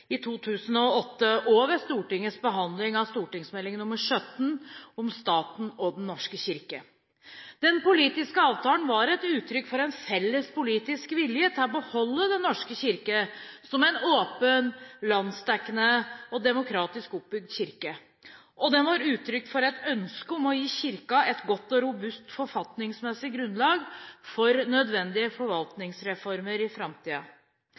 i 2008 og ved Stortingets behandling av St. meld. nr. 17 for 2007–2008 om Staten og Den norske kirke. Den politiske avtalen var et uttrykk for en felles politisk vilje til å beholde Den norske kirke som en åpen, landsdekkende og demokratisk oppbygd kirke, og den var uttrykk for et ønske om å gi Kirken et godt og robust forfatningsmessig grunnlag for nødvendige forvaltningsreformer i